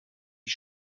die